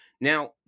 Now